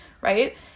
right